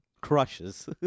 Crushes